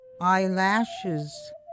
Eyelashes